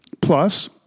Plus